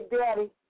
Daddy